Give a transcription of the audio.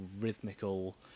rhythmical